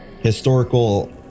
historical